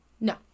No